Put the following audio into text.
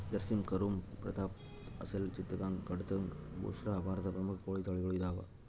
ಜರ್ಸಿಮ್ ಕಂರೂಪ ಪ್ರತಾಪ್ಧನ್ ಅಸೆಲ್ ಚಿತ್ತಗಾಂಗ್ ಕಡಕಂಥ್ ಬುಸ್ರಾ ಭಾರತದ ಪ್ರಮುಖ ಕೋಳಿ ತಳಿಗಳು ಇದಾವ